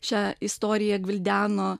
šią istoriją gvildeno